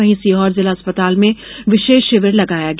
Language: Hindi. वहीं सीहोर जिला अस्पताल में विशेष शिविर लगाया गया